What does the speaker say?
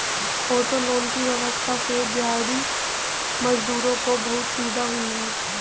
auto loan की व्यवस्था से दिहाड़ी मजदूरों को बहुत सुविधा हुई है